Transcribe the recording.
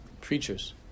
preachers